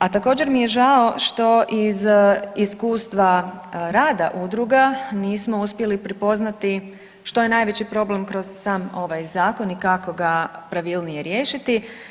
A također mi je žao što iz iskustva rada udruga nismo uspjeli prepoznati što je najveći problem kroz sam ovaj zakon i kako ga pravilnije riješiti.